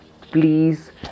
please